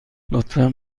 لطفا